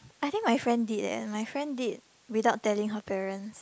I think my friend did eh my friend did without telling her parents